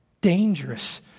dangerous